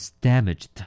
damaged